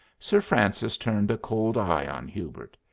sir francis turned a cold eye on hubert.